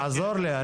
תעזור לי,